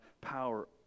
power